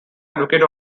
advocate